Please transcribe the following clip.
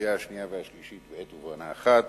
קריאה שנייה ושלישית בעת ובעונה אחת.